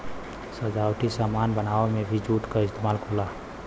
सजावटी सामान बनावे में भी जूट क इस्तेमाल होला